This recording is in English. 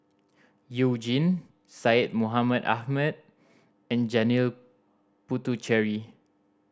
You Jin Syed Mohamed Ahmed and Janil Puthucheary